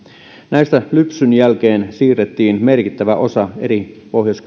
näistä lypsyn jälkeen siirrettiin merkittävä osa pohjois